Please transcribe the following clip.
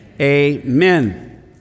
amen